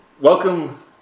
Welcome